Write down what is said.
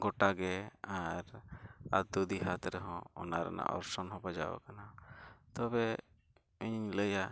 ᱜᱚᱴᱟᱜᱮ ᱟᱨ ᱟᱹᱛᱩ ᱫᱤᱦᱟᱛ ᱨᱮᱦᱚᱸ ᱚᱱᱟ ᱨᱮᱱᱟᱜ ᱚᱨᱥᱚᱝᱦᱚᱸ ᱵᱟᱡᱟᱣ ᱟᱠᱟᱱᱟ ᱛᱚᱵᱮ ᱤᱧᱤᱧ ᱞᱟᱹᱭᱟ